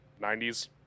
90s